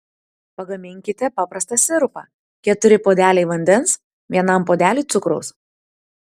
pagaminkite paprastą sirupą keturi puodeliai vandens vienam puodeliui cukraus